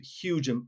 huge